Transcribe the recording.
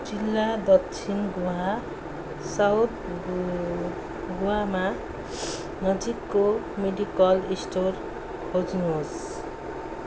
जिल्ला दक्षिण गोवा साउथ गु गोवामा नजिकको मेडिकल स्टोर खोज्नुहोस्